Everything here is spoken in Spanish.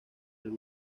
del